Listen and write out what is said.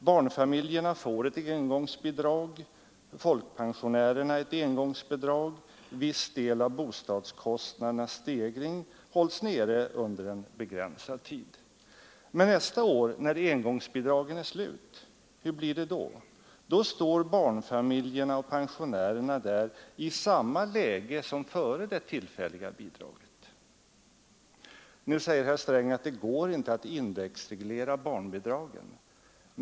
Barnfamiljerna och folkpensionärerna får ett engångsbidrag, och en viss del av bostadskostnadernas stegring hålls nere under en begränsad tid. Men hur blir det nästa år, när det inte lämnas några engångsbidrag? Då befinner sig barnfamiljerna och pensionärerna i samma läge som före det tillfälliga bidraget. Nu säger herr Sträng att det inte går att indexreglera barnbidragen.